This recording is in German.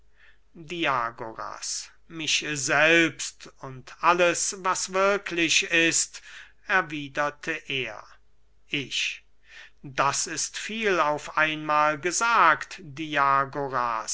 diagoras mich selbst und alles was wirklich ist erwiederte er ich das ist viel auf einmahl gesagt diagoras